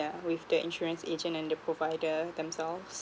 yeah with the insurance agent and the provider themselves